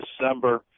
December